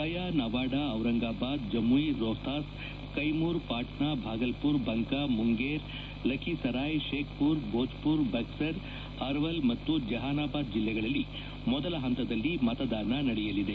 Gaya Nawada Aurangabad Jamui Rohtas Kaimur Patna Bhagalpur Banka Munger Lakhisarai Sheikhpura Bhojpur Buxar Arwal ಮತ್ತು ಜೆಹಾನಬಾದ್ ಜಿಲ್ಲೆಗಳಲ್ಲಿ ಮೊದಲ ಹಂತದಲ್ಲಿ ಮತದಾನ ನಡೆಯಲಿದೆ